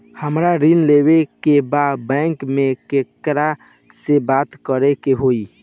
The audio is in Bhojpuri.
हमरा ऋण लेवे के बा बैंक में केकरा से बात करे के होई?